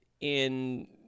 in-